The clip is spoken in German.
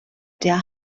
der